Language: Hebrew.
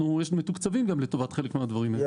ויש לנו תקציבים גם לטובת חלק מהדברים האלה.